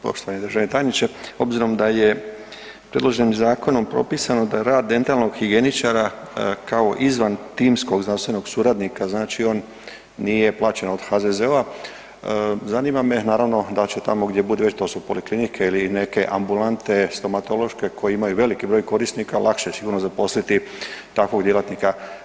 Poštovani državni tajniče, obzirom da je predloženim zakonom propisano da rad dentalnog higijeničara kao izvan timskog zdravstvenog suradnika znači on nije plaćen od HZZO-a zanima me naravno da li će tamo gdje bude već to su poliklinike ili neke ambulante stomatološke koje imaju veliki broj korisnika lakše sigurno zaposliti takvog djelatnika.